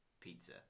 pizza